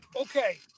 okay